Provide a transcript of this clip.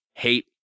hate